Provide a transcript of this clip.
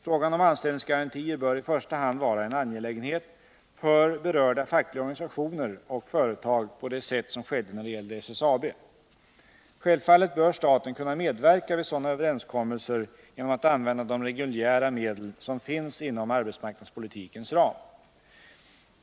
Frågan om anställningsgarantier bör i första hand vara en angelägenhet för berörda fackliga organisationer och företag på det sätt som skedde när det gällde SSAB. Självfallet bör staten kunna medverka vid sådana överenskommelser genom att använda de reguljära medel som finns inom arbetsmarknadspolitikens ram.